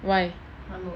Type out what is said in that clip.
why